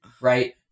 right